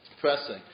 pressing